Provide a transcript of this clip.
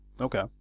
Okay